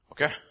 Okay